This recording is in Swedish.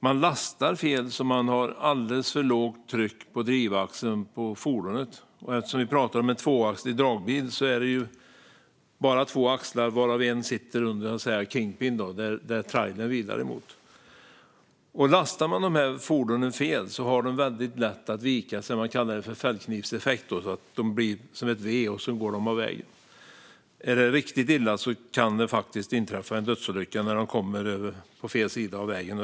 Man lastar fel, så att man har alldeles för lågt tryck på drivaxeln på fordonet. Eftersom vi pratar om en tvåaxlad dragbil är det bara två axlar, varav en sitter under en så kallad king-pin, som trailern vilar emot. Lastar man dessa fordon fel har de väldigt lätt att vika sig; det kallas fällknivseffekt. De blir som ett V och går av vägen. Är det riktigt illa kan det faktiskt inträffa en dödsolycka när de kommer över på fel sida av vägen.